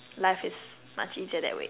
life is much easier that way